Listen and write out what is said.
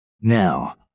Now